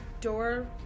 door